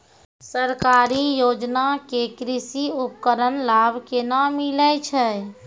सरकारी योजना के कृषि उपकरण लाभ केना मिलै छै?